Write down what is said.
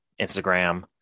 instagram